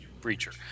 preacher